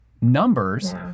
numbers